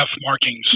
markings